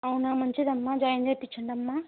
అవునా మంచిదమ్మా జాయిన్ చేయించ్చండమ్మా